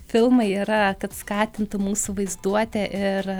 filmai yra kad skatintų mūsų vaizduotę ir